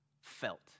felt